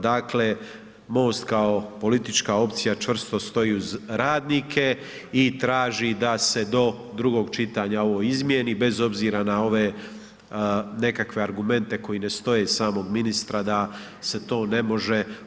Dakle MOST kao politička opcija čvrsto stoji uz radnike i traži da se do drugog čitanja ovo izmijeni bez obzira na ove nekakve argumente koji ne stoje i samog ministra da se to ne može.